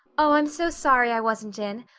oh, i'm so sorry i wasn't in.